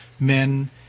Men